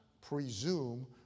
presume